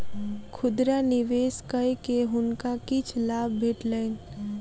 खुदरा निवेश कय के हुनका किछ लाभ भेटलैन